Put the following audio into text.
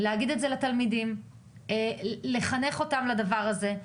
להגיד את זה לתלמידים ולחנך אותם לדבר הזה.